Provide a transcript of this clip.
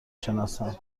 شناسم